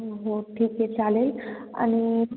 हो ठीक आहे चालेल आणि